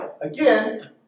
Again